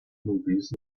movies